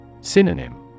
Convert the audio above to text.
Synonym